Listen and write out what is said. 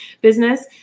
business